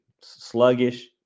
sluggish